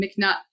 McNutt